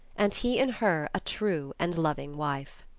and he in her a true and loving wife.